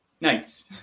Nice